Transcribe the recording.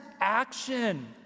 action